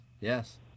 Yes